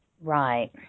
Right